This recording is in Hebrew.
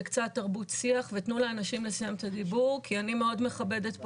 זה קצת תרבות שיח ותנו לאנשים לסיים את הדיבור כי אני מאוד מכבדת פה